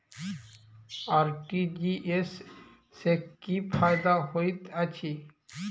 RTGS सँ की फायदा होइत अछि?